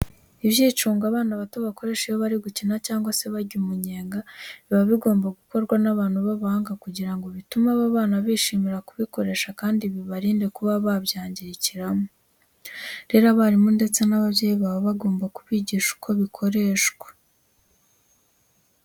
Ibyicungo abana bato bakoresha iyo bari gukina cyangwa se barya umunyenga, biba bigomba gukorwa n'abantu b'abahanga kugira ngo bitume aba bana bishimira kubikoresha kandi bibarinde kuba babyangirikiramo. Rero abarimu ndetse n'ababyeyi baba bagomba kubigisha uko bikoreshwa.